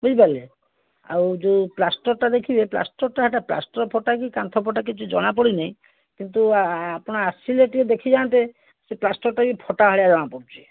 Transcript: ବୁଝିପାରିଲେ ଆଉ ଯେଉଁ ପ୍ଲାଷ୍ଟର୍ଟା ଦେଖିବେ ପ୍ଲାଷ୍ଟର୍ଟା ହେଇଟା ପ୍ଲାଷ୍ଟର୍ ଫଟା କି କାନ୍ଥ ଫଟା କିଛି ଜଣାପଡ଼ିନି କିନ୍ତୁ ଆପଣ ଆସିଲେ ଟିକିଏ ଦେଖିଯାଆନ୍ତେ ସେ ପ୍ଲାଷ୍ଟର୍ଟା ବି ଫଟା ଭଳିଆ ଜଣାପଡ଼ୁଛି